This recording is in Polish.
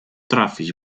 trafić